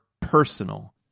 personal